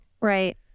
right